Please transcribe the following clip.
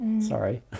Sorry